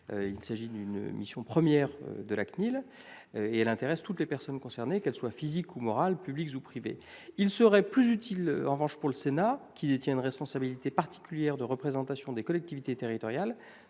Il s'agit de la première mission de la CNIL et elle intéresse toutes les personnes concernées, qu'elles soient physiques ou morales, publiques ou privées. Il serait plus utile pour le Sénat, qui exerce une responsabilité particulière de représentation des collectivités territoriales,